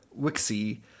Wixie